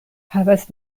havas